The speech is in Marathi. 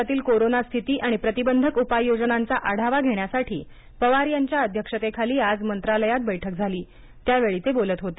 राज्यातील कोरोनास्थिती आणि प्रतिबंधक उपाययोजनांचा आढावा घेण्यासाठी पवार यांच्या अध्यक्षतेखाली आज मंत्रालयात बैठक झाली त्यावेळी ते बोलत होते